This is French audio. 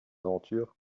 aventure